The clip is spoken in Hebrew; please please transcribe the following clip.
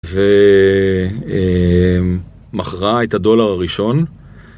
ומכרה את הדולר הראשון.